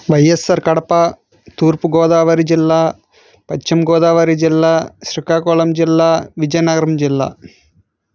వైఎస్ఆర్ కడప తూర్పు గోదావరి జిల్లా పశ్చిమ గోదావరి జిల్లా శ్రీకాకుళం జిల్లా విజయనగరం జిల్లా